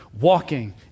walking